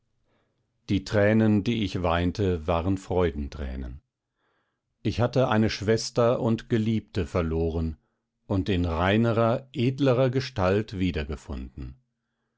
die tränen die ich weinte waren freudentränen ich hatte eine schwester und geliebte verloren und in reinerer edlerer gestalt wiedergefunden